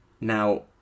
Now